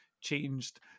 changed